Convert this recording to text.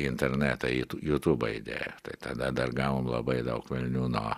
internetą į jutūbą įdėjo tai tada dar gavom labai daug velnių nuo